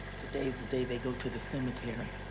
today's the day they go to the cemetery.